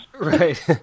Right